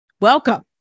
Welcome